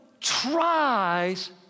tries